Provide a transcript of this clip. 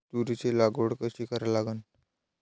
तुरीची लागवड कशी करा लागन?